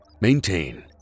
Maintain